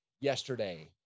yesterday